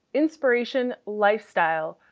inspiration, lifestyle,